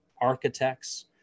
architects